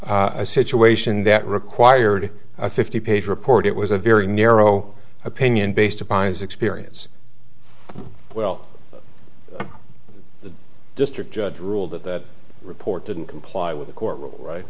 a situation that required a fifty page report it was a very narrow opinion based upon his experience well the district judge ruled that report didn't comply with the court